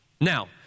Now